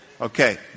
Okay